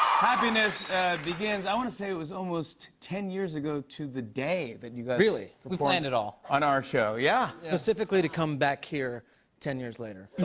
happiness begins. i want to say it was almost ten years ago to the day that you guys really? we planned it all. on our show, yeah. specifically to come back here ten years later. yeah.